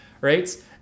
right